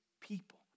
people